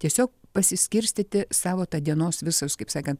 tiesiog pasiskirstyti savo tą dienos visus kaip sakant